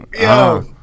yo